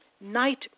night